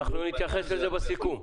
הציבורית --- אנחנו נתייחס לזה בסיכום.